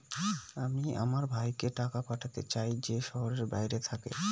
আমি আমার ভাইকে টাকা পাঠাতে চাই যে শহরের বাইরে থাকে